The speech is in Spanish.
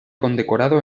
condecorado